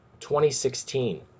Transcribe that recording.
2016